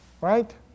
right